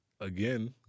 again